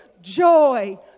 joy